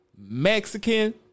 Mexican